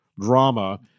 drama